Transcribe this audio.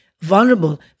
vulnerable